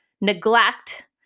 neglect